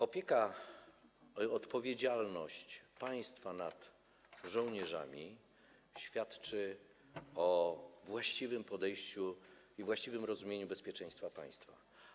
Opieka - i odpowiedzialność - państwa nad żołnierzami świadczy o właściwym podejściu i właściwym rozumieniu problemu bezpieczeństwa państwa.